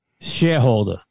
shareholder